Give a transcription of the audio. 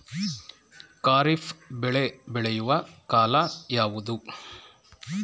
ಖಾರಿಫ್ ಬೆಳೆ ಬೆಳೆಯುವ ಕಾಲ ಯಾವುದು?